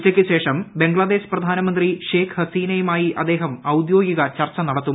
ഉച്ചയ്ക്ക് ശ്രേഷ് ബംഗ്ലാദേശ് പ്രധാനമന്ത്രി ഷേക്ക് ഹസീനയുമായി അദ്ദേഹർ ഔദ്യോഗിക ചർച്ച നടത്തും